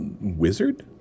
wizard